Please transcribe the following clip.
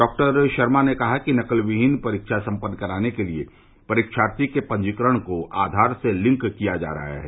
doctor Sharma ने कहा कि नकलविहीन परीक्षा सम्पन्न कराने के लिए परीक्षार्थी के पंजीकरण को आधार से लिंक किया जा रहा है